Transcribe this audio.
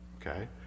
Okay